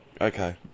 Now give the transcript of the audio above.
Okay